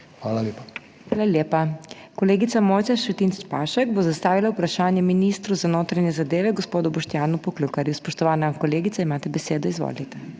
HOT:** Hvala lepa. Kolegica Mojca Šetinc Pašek bo zastavila vprašanje ministru za notranje zadeve gospodu Boštjanu Poklukarju. Spoštovana kolegica, imate besedo. Izvolite.